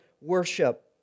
worship